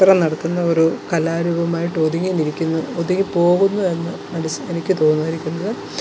മാത്രം നടത്തുന്ന ഒരു കലാരൂപമായിട്ടൊതുങ്ങി നിൽക്കുന്നു ഒതുങ്ങി പോകുന്നു എന്ന് എനിക്ക് തോന്നിയിരിക്കുന്നത്